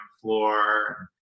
floor